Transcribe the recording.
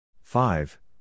Five